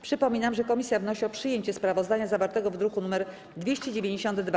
Przypominam, że komisja wnosi o przyjęcie sprawozdania zawartego w druku nr 292.